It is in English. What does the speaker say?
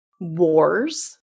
wars